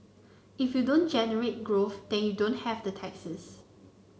if you don't generate growth then you don't have the taxes